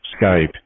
Skype